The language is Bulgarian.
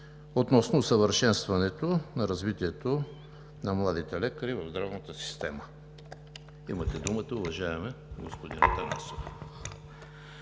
относно усъвършенстването развитието на младите лекари в здравната система. Имате думата, уважаеми господин Атанасов.